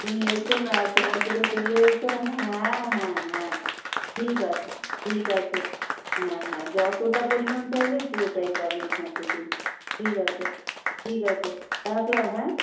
তুমি এসো না সময় করে চলে এসো হ্যাঁ হ্যাঁ হ্যাঁ ঠিক আছে ঠিক আছে হ্যাঁ হ্যাঁ যতটা পরিমাণ চাইবে পুরোটাই পাবে এখান থেকেই ঠিক আছে ঠিক আছে রাখলাম হ্যাঁ